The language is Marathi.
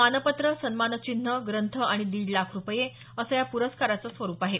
मानपत्र सन्मानचिन्ह ग्रंथ आणि दीड लाख रुपये असं या पुरस्काराचे स्वरूप आहे